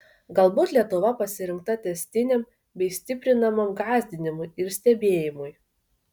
galbūt lietuva pasirinkta tęstiniam bei stiprinamam gąsdinimui ir stebėjimui